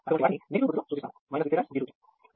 అటువంటి వాటిని నెగెటివ్ గుర్తు తో సూచిస్తాము V3G23